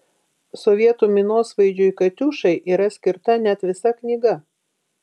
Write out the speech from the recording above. sovietų minosvaidžiui katiušai yra skirta net visa knyga